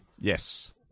yes